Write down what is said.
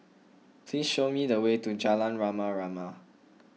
please show me the way to Jalan Rama Rama